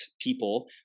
people